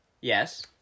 Yes